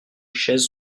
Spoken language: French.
chaises